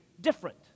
different